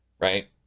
Right